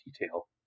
detail